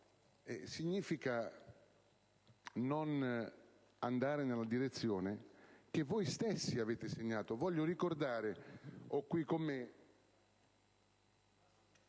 significa non andare nella direzione che voi stessi avete indicato. Voglio ricordare - l'ho qui con me